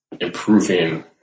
improving